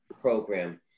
program